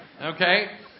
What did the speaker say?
okay